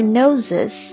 noses